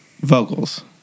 vocals